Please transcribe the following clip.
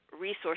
resources